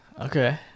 Okay